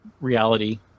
reality